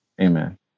Amen